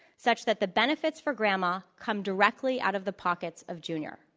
such that the benefits for grandma come directly out of the pockets of junior.